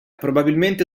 probabilmente